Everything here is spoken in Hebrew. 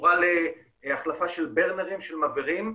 וקשורה להכנסה של מבערים,